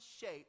shape